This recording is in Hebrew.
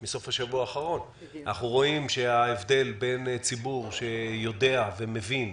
מסוף השבוע האחרון - אנחנו רואים שההבדל בין ציבור שיודע ומבין,